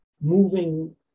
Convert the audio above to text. moving